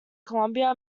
columbia